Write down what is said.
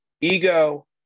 ego